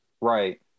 right